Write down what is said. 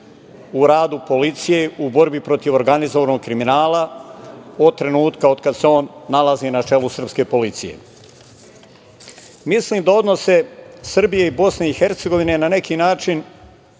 u radu policije u borbi protiv organizovanog kriminala, od trenutka od kada se on nalazi na čelu srpske policije. Mislim da odnose Srbije i BiH na neki način,